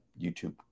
YouTube